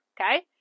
okay